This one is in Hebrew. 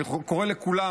אני קורא לכולם,